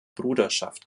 bruderschaft